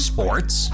Sports